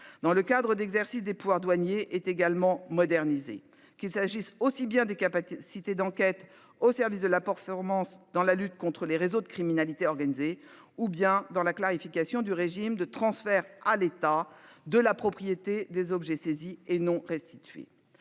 dans le cadre d'exercice des pouvoirs douaniers est également moderniser qu'il s'agisse aussi bien des capacités d'enquête au service de la porte romance dans la lutte contre les réseaux de criminalité organisée ou bien dans la clarification du régime de transfert à l'état de la propriété des objets saisis et non restitués.